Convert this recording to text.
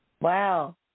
Wow